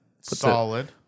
Solid